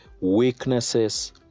weaknesses